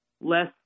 less